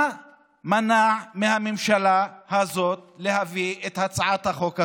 מה מנע מהממשלה הזאת להביא את הצעת החוק הזאת,